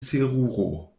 seruro